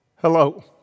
Hello